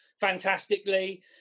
fantastically